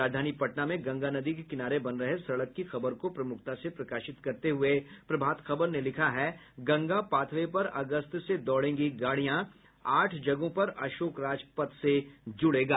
राजधानी पटना में गंगा नदी के किनारे बन रहे सड़क की खबर को प्रमुखता से प्रकाशित करते हुए प्रभात खबर ने लिखा है गंगा पाथवे पर अगस्त से दौड़ेगी गाड़ियां आठ जगहों पर अशोक राज पथ से जुड़ेगा